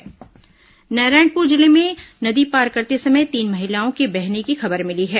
महिलाएं डूबी नारायणपुर जिले में नदी पार करते समय तीन महिलाओं के बहने की खबर मिली है